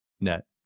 net